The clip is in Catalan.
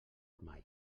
mai